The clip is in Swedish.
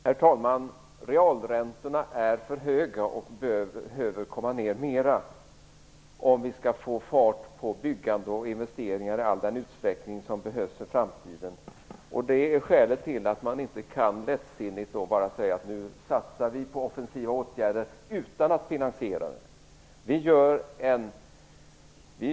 Herr talman! Realräntorna är för höga och behöver komma ned ytterligare om vi skall få fart på byggande och investeringar i den utsträckning som behövs för framtiden. Det är skälet till att man inte lättsinnigt bara kan säga att man skall satsa på offensiva åtgärder utan att finansiera dem.